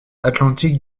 atlantique